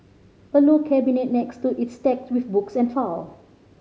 a low cabinet next to it's stacked with books and file